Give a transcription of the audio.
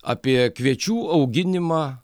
apie kviečių auginimą